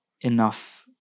enough